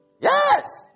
Yes